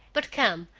but come,